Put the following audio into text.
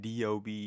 DOB